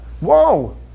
Whoa